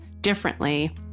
differently